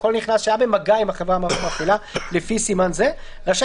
כל נכנס שהיה במגע עם החברה המפעילה "לפי סימן זה רשאי